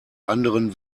anderen